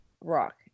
Rock